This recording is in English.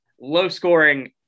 low-scoring